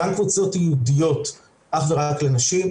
גם קבוצות ייעודיות אך ורק לנשים,